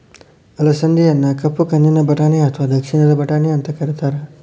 ಅಲಸಂದಿಯನ್ನ ಕಪ್ಪು ಕಣ್ಣಿನ ಬಟಾಣಿ ಅತ್ವಾ ದಕ್ಷಿಣದ ಬಟಾಣಿ ಅಂತ ಕರೇತಾರ